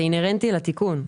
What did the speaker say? זה אינהרנטי לתיקון.